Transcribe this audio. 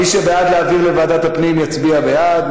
מי שבעד להעביר לוועדת הפנים יצביע בעד,